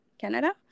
Canada